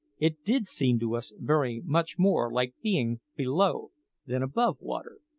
it did seem to us very much more like being below than above water.